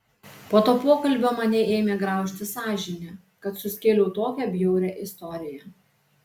po to pokalbio mane ėmė graužti sąžinė kad suskėliau tokią bjaurią istoriją